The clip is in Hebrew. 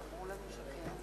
יש שר ביטחון בישראל?